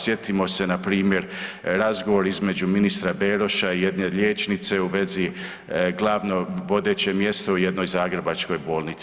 Sjetimo se npr. razgovor između ministra Beroša i jedne liječnice u vezi glavno vodeće mjesto u jednoj zagrebačkoj bolnici.